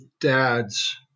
dads